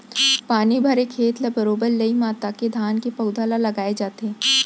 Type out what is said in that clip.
पानी भरे खेत ल बरोबर लई मता के धान के पउधा ल लगाय जाथे